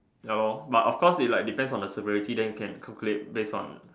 ya lor but of course it depends on the severity then you can calculate based on